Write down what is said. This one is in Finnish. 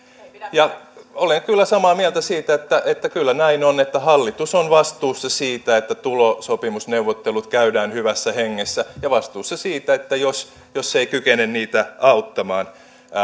olen kyllä samaa mieltä siitä että että kyllä näin on että hallitus on vastuussa siitä että tulosopimusneuvottelut käydään hyvässä hengessä ja vastuussa siitä jos jos ei kykene niitä auttamaan